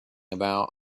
about